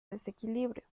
desequilibrio